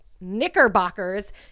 Knickerbockers